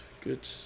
Good